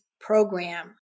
program